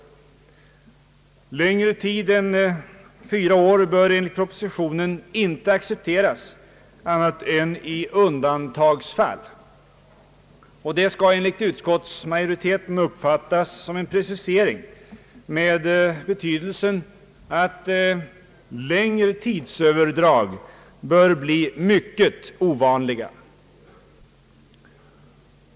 Längre tid än fyra år bör enligt propositionen inte accepteras annat än i undantagsfall. Det skall enligt utskottsmajoriteten uppfattas som en precisering med betydelsen att längre tidsöverdrag bör bli mycket ovanliga.